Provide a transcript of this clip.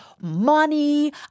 money